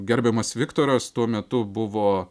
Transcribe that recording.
gerbiamas viktoras tuo metu buvo